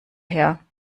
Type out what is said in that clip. her